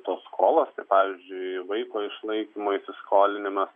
tos skolos ir pavyzdžiui vaiko išlaikymo įsiskolinimas